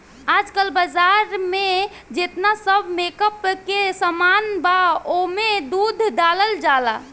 आजकल बाजार में जेतना सब मेकअप के सामान बा ओमे दूध डालल जाला